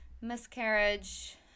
miscarriage